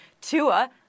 Tua